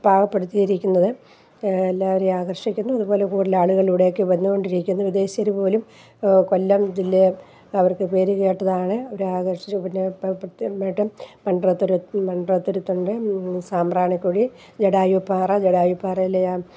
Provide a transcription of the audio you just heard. പാകപ്പെടുത്തിയിരിക്കുന്നത് എല്ലാവരെയും ആകർഷിക്കുന്നു അതുപോലെ കൂടുതൽ ആളുകൾ ഇവിടേക്ക് വന്നുകൊണ്ടിരിക്കുന്നു വിദേശീയർ പോലും കൊല്ലം ജില്ലയെ അവർക്ക് പേര് കേട്ടതാണ് അവരെ ആകർഷിച്ച് പിന്നെ ഇപ്പം പ്രത്യേകമായിട്ടും മൺറോ തുരുത്ത് മൺറോ തുരുത്തുണ്ട് സാമ്പ്രാണിക്കുടി ജടായുപ്പാറ ജടായുപ്പാറയിലെ ആ